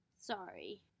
Sorry